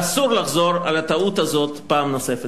ואסור לחזור על הטעות הזאת פעם נוספת.